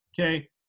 okay